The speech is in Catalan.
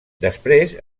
després